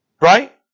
Right